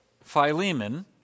Philemon